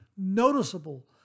noticeable